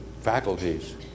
Faculties